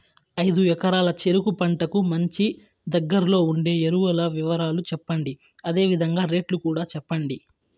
ఐదు ఎకరాల చెరుకు పంటకు మంచి, దగ్గర్లో ఉండే ఎరువుల వివరాలు చెప్పండి? అదే విధంగా రేట్లు కూడా చెప్పండి?